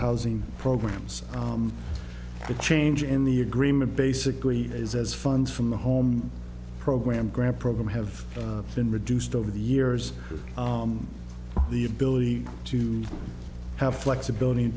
housing programs the change in the agreement basically is as funds from the home program grant program have been reduced over the years the ability to have flexibility in